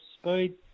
speed